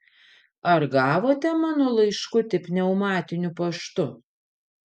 ar gavote mano laiškutį pneumatiniu paštu